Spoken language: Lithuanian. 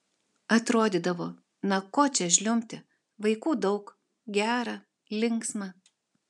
atrodydavo na ko čia žliumbti vaikų daug gera linksma